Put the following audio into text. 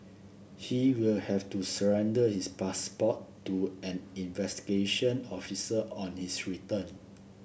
he will have to surrender his passport to an investigation officer on his return